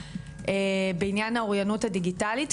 בעניין האוריינות הדיגיטלית,